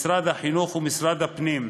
משרד החינוך ומשרד הפנים.